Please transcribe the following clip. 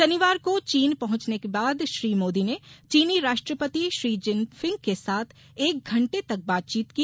शनिवार को चीन पहुॅचने के बाद श्री मोदी ने चीनी राष्ट्रपति श्री चिनफिंग के साथ एक घंटे तक बातचीत की